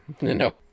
No